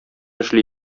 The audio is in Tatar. эшли